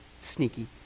sneaky